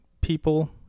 people